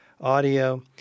audio